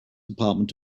department